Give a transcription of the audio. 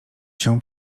się